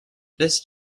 this